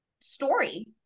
story